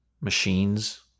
machines